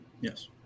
Yes